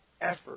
effort